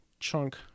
chunk